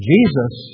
Jesus